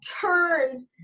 turn